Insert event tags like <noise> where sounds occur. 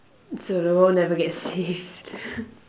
so the world never gets saved <laughs>